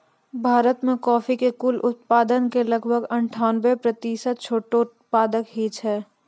भारत मॅ कॉफी के कुल उत्पादन के लगभग अनठानबे प्रतिशत छोटो उत्पादक हीं छै